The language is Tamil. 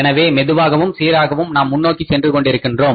எனவே மெதுவாகவும் சீராகவும் நாம் முன்னோக்கி சென்று கொண்டிருக்கின்றோம்